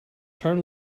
turn